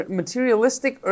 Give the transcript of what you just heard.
materialistic